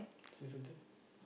six thirty